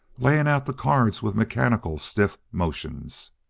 laying out the cards with mechanical, stiff motions.